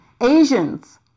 Asians